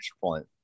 point